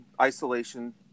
isolation